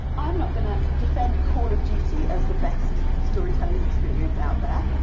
i'm not going to defend call of duty as the best storytelling experience out there.